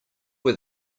were